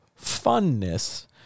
funness